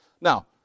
Now